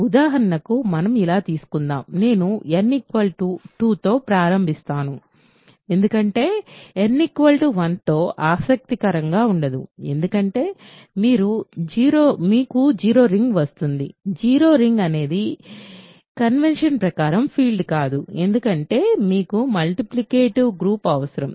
ఉదాహరణకు మనం ఇలా తీసుకుందాం నేను n 2 తో ప్రారంభిస్తాను ఎందుకంటే n 1తో ఆసక్తికరంగా ఉండదు ఎందుకంటే మీకు 0 రింగ్ వస్తుంది 0 రింగ్ అనేది కన్వెన్షన్ ప్రకారం ఫీల్డ్ కాదు ఎందుకంటే మీకు ముల్టిప్లికేటివ్ గ్రూప్ అవసరం